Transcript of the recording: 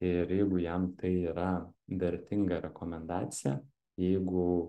ir jeigu jam tai yra vertinga rekomendacija jeigu